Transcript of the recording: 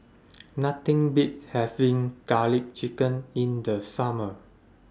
Nothing Beats having Garlic Chicken in The Summer